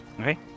Okay